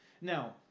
Now